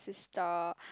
sister